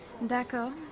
D'accord